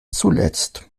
zuletzt